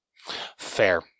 fair